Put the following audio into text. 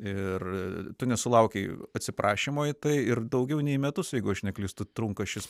ir tu nesulaukei atsiprašymo į tai ir daugiau nei metus jeigu aš neklystu trunka šis